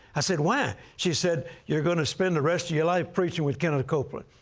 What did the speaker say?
i said, why? she said, you're going to spend the rest of your life preaching with kenneth copeland.